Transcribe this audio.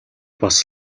бас